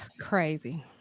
crazy